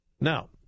Now